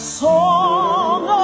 song